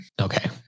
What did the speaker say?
Okay